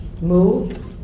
move